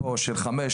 של 5,